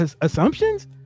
assumptions